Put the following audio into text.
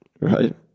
right